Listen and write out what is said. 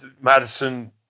Madison